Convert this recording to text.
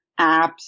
apps